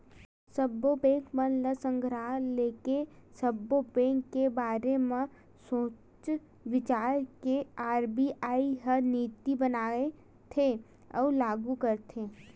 सब्बो बेंक मन ल संघरा लेके, सब्बो बेंक के बारे म सोच बिचार के आर.बी.आई ह नीति बनाथे अउ लागू करथे